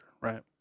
Right